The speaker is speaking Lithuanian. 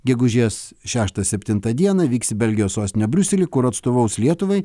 gegužės šeštą septintą dieną vyks į belgijos sostinę briuselį kur atstovaus lietuvai